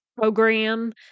program